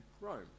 Rome